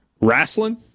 wrestling